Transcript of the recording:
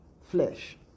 flesh